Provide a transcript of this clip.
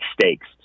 stakes